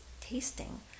tasting